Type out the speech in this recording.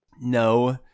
No